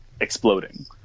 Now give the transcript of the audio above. exploding